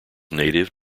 native